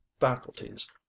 faculties